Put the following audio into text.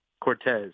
Cortez